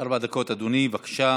ארבע דקות, אדוני, בבקשה.